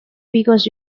because